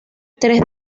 tres